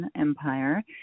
empire